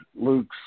Luke's